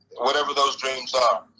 whatever those dreams are.